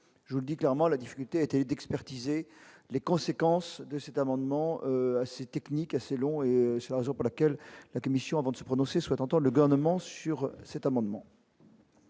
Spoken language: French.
je le dis clairement la difficulté a été d'expertiser les conséquences de cet amendement assez technique assez long et c'est la raison pour laquelle la Commission avant de se prononcer, soit le gouvernement, sur cet amendement.